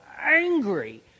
angry